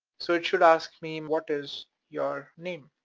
so it should ask me what is your name?